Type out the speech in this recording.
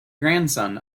grandson